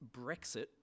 Brexit